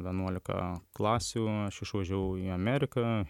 vienuolika klasių aš išvažiavau į ameriką